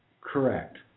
Correct